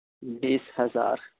بیس ہزار